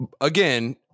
Again